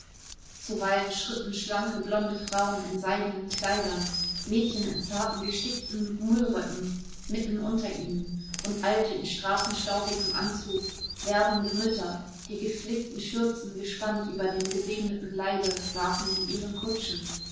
zuweilen schritten schlanke blonde frauen in seidenen kleidern mädchen in zarten gestickten mullröcken mitten unter ihnen und alte in straßenstaubigem anzug werdende mütter die geflickten schürzen gespannt über dem gesegneten leibe saßen in ihren kutschen